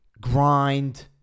grind